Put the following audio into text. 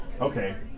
okay